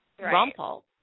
Rumpel